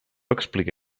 explica